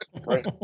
Right